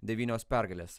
devynios pergalės